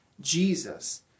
Jesus